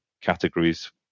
categories